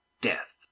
Death